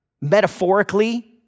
metaphorically